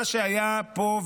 מה שהיה פה,